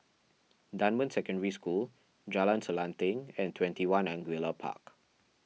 Dunman Secondary School Jalan Selanting and twenty one Angullia Park